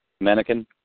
Mannequin